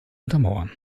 untermauern